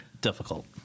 difficult